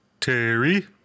Terry